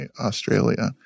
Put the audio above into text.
Australia